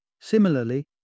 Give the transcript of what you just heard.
Similarly